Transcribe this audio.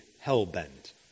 hell-bent